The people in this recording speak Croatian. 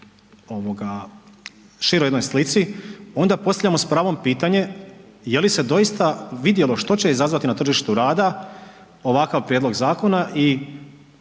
široj jednoj slici onda postavljamo s pravom pitanje jeli se doista vidjelo što će izazvati na tržištu rada ovakav prijedlog zakona i